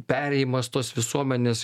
perėjimas tos visuomenės